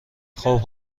خوب